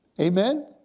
Amen